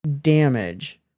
damage